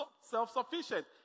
self-sufficient